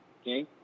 okay